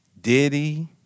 Diddy